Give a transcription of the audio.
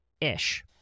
ish